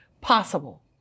possible